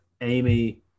Amy